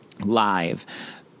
Live